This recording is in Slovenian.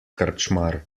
krčmar